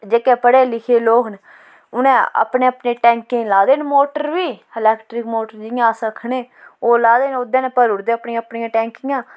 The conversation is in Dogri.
जेह्के पढ़े लिखे दे लोक न उ'नें अपने अपने टैंकियां लाए दे न मोटर बी इलैक्ट्रिक मोटर जियां अस आक्खने ओह् लाए दे ओह्दे कन्नै भरू उड़दे न अपनियां अपनियां टैंकियां